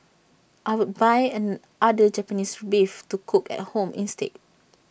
I would buy A other Japanese Beef to cook at home instead